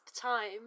time